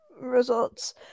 results